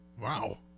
Wow